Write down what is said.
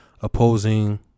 opposing